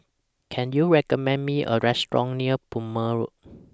Can YOU recommend Me A Restaurant near Plumer Road